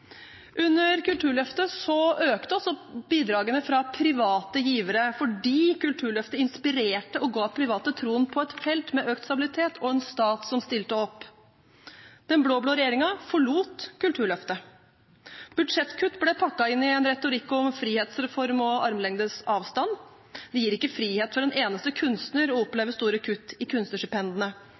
Under Kulturløftet økte også bidragene fra private givere, fordi Kulturløftet inspirerte og ga private troen på et felt med økt stabilitet og en stat som stilte opp. Den blå-blå regjeringen forlot Kulturløftet. Budsjettkutt ble pakket inn en retorikk om frihetsreform og armlengdes avstand. Det gir ikke frihet for en eneste kunstner å oppleve store kutt i kunstnerstipendene